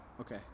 Okay